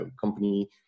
company